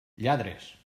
lladres